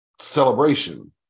celebration